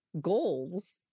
goals